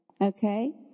Okay